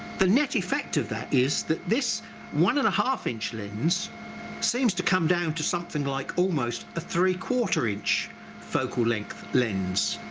the net effect of that is that this one and a half inch lens seems to come down to something like almost a three quarter inch focal length lens